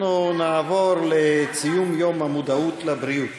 אנחנו נעבור לציון יום המודעות לבריאות,